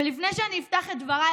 ולפני שאני אפתח את דבריי,